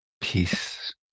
peace